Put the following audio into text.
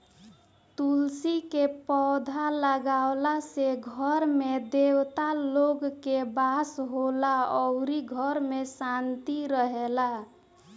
तुलसी के पौधा लागावला से घर में देवता लोग के वास होला अउरी घर में भी शांति रहेला